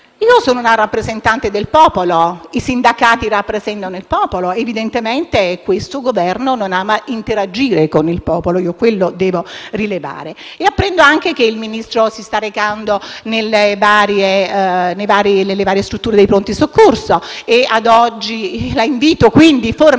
Sono una rappresentante del popolo e i sindacati rappresentano il popolo. Evidentemente questo Governo non ama interagire con il popolo: è quanto devo rilevare. Apprendo anche che il Ministro si sta recando nelle varie strutture di pronto soccorso; la invito quindi formalmente